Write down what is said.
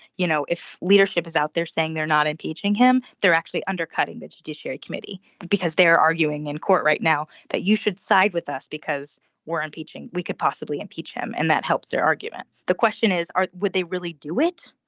you know if leadership is out there saying they're not impeaching him they're actually undercutting the judiciary committee because they're arguing in court right now that you should side with us because we're impeaching we could possibly impeach him. and that helps their argument. the question is are would they really do it.